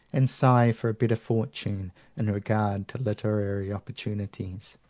and sigh for a better fortune in regard to literary opportunities!